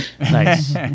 Nice